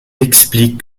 explique